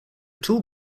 tall